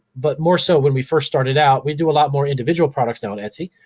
but more so when we first started out. we do a lot more individual products and on etsy.